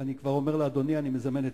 אני כבר אומר לאדוני שאני מזמן את